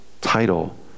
title